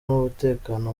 n’umutekano